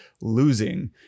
losing